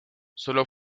solo